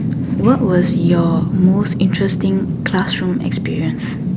what was your most interesting classroom experience